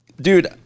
Dude